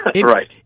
Right